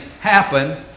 happen